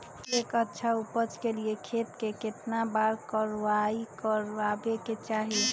एक अच्छा उपज के लिए खेत के केतना बार कओराई करबआबे के चाहि?